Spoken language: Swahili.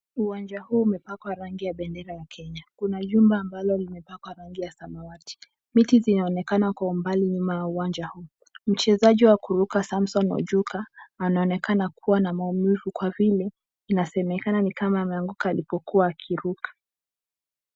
Uwanja huu umepakwa rangi ya bendera ya Kenya. Kuna jumba ambalo limepakwa rangi ya samawati. Miti zinaonekana kwa umbali nyuma ya uwanja huu. Mchezaji wa kuruka, Samson Ojuka, anaonekana kubwa na maumivu kwa vile inasemekana ni kama alianguka alipokuwa akiruka.